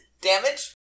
damage